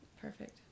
Perfect